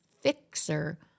fixer